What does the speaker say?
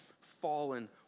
fallen